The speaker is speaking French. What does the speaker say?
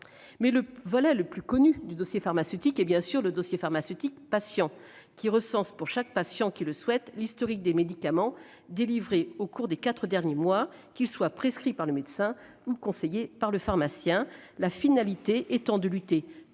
Le volet le plus connu du dossier pharmaceutique est le DP-Patient, qui recense pour chaque patient qui le souhaite l'historique des médicaments délivrés au cours des quatre derniers mois, qu'ils soient prescrits par le médecin ou conseillés par le pharmacien, la finalité étant de lutter